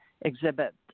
exhibit